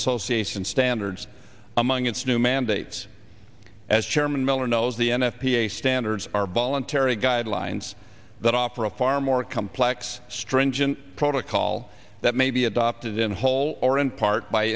association standards among its new mandates as chairman miller knows the n f p a standards are ball and terry guidelines that offer a far more complex stringent protocol that may be adopted in whole or in part by